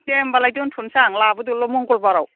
दे होनबालाय दोन्थ'नोसै आं लाबोदोल' मंगलबाराव